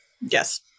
Yes